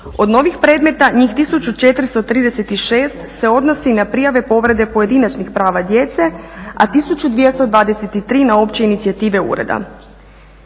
Od novih predmeta njih 1436 se odnosi na prijave povrede pojedinačnih prava djece, a 1223 na opće inicijative ureda.